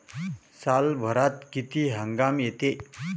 सालभरात किती हंगाम येते?